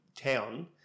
town